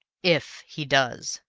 if he does,